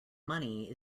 money